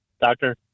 doctor